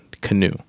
Canoe